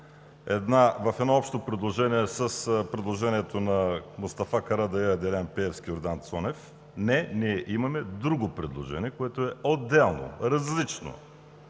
в едно общо предложение с предложението на Мустафа Карадайъ, Делян Пеевски, Йордан Цонев. Не, ние имаме друго предложение, което е отделно, различно,